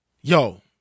Yo